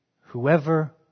Whoever